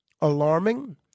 alarming